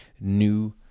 new